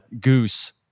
goose